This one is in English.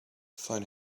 find